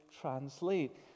translate